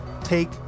Take